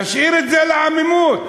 נשאיר את זה לעמימות,